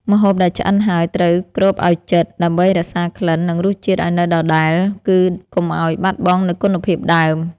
ម្ហូបដែលឆ្អិនហើយត្រូវគ្របឱ្យជិត ដើម្បីរក្សាក្លិន និងរសជាតិឱ្យនៅដដែល គឺកុំឱ្យបាត់បង់នូវគុណភាពដើម។